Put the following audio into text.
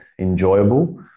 enjoyable